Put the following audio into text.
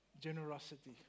generosity